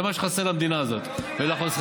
זה מה שחסר למדינה הזאת ולחוסכים.